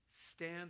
stand